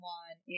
one